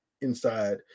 inside